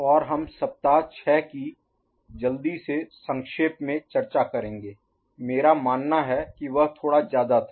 और हम सप्ताह 6 की जल्दी से संक्षेप में चर्चा करेंगे मेरा मानना है कि वह थोड़ा ज्यादा था